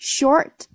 Short